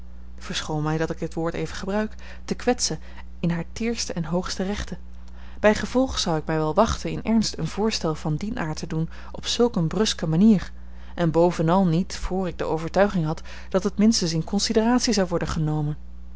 dat ik dit woord even gebruik te kwetsen in hare teerste en hoogste rechten bijgevolg zou ik mij wel wachten in ernst een voorstel van dien aard te doen op zulk een bruske manier en bovenal niet voor ik de overtuiging had dat het minstens in consideratie zou worden genomen